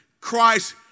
Christ